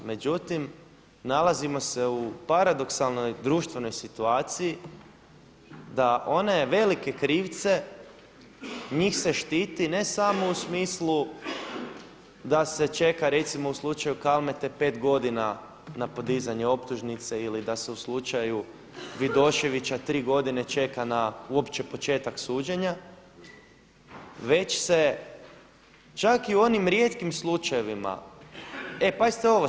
Međutim, nalazimo se u paradoksalnoj društvenoj situaciji, da one velike krivce njih se štiti ne samo u smislu da se čeka recimo u slučaju Kalmete pet godina na podizanje optužnice ili da se u slučaju Vidoševića tri godine čeka na uopće na početak suđenja već se čak i u onim rijetkim slučajevima, e pazite ovo.